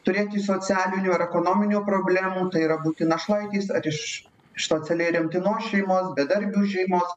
turėti socialinių ar ekonominių problemų tai yra būti našlaitis ar iš iš socialiai remtinos šeimos bedarbių šeimos